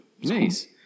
Nice